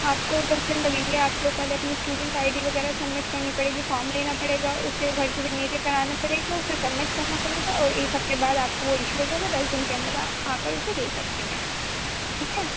آپ کو دس دِن لگیں گے آپ کو پہلے اپنی اسٹوڈنٹ آئی ڈی وغیرہ سبمٹ کرنی پڑے گی فام لینا پڑے گا اُسے گھر سے سیگنیچر کرانا پڑے گا اُسے سبمٹ کرنا پڑے گا اور ایک ہفتے بعد آپ کو وہ اشو ہو جائے گا دس دِن کے اندر آپ آ کر اُسے لے سکتے ہیں ٹھیک ہے